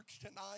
tonight